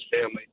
family